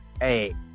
hey